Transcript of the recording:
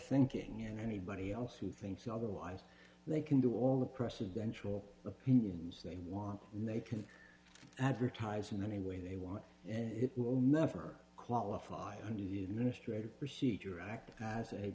thinking and anybody else who thinks otherwise they can do all the presidential opinions they want and they can advertise in any way they want and it will never qualify under the administrative procedure act as a